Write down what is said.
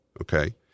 okay